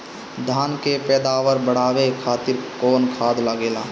धान के पैदावार बढ़ावे खातिर कौन खाद लागेला?